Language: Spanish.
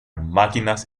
máquinas